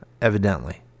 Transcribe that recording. evidently